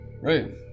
Right